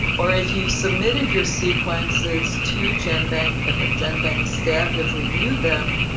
or if you've submitted your sequences to genbank and the genbank staff have reviewed them,